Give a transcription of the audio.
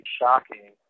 shocking